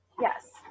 yes